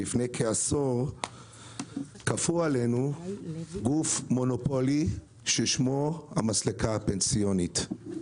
לפני כעשור כפו עלינו גוף מונופולי ששמו המסלקה הפנסיונית.